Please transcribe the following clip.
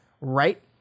right